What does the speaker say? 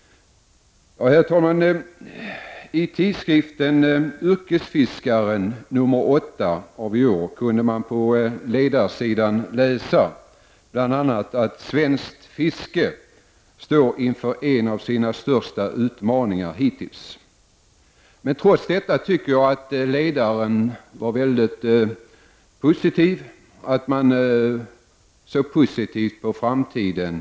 I tidskriften Yrkesfiskaren nr 8 av i år kunde man på ledarsidan läsa bl.a. att ”svenskt fiske står inför en av sina största utmaningar hittills”. Trots detta tycker jag att ledarskribenten var mycket positiv och såg positivt på framtiden.